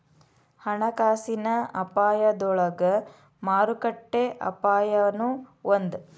ಹಣಕಾಸಿನ ಅಪಾಯದೊಳಗ ಮಾರುಕಟ್ಟೆ ಅಪಾಯನೂ ಒಂದ್